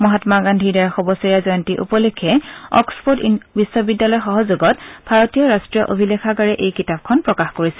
মহামা গান্ধীৰ ডেৰশ বছৰীয়া জয়ন্তী উপলক্ষে অক্সফৰ্ড বিশ্ববিদ্যালয়ৰ সহযোগত ভাৰতীয় ৰাষ্ট্ৰীয় অভিলেখাগাৰে এই কিতাপখন প্ৰকাশ কৰিছে